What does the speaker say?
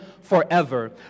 forever